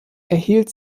erhielt